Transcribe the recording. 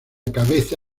cabeza